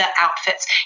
outfits